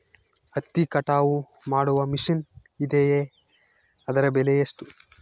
ಹತ್ತಿ ಕಟಾವು ಮಾಡುವ ಮಿಷನ್ ಇದೆಯೇ ಅದರ ಬೆಲೆ ಎಷ್ಟು?